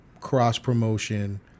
cross-promotion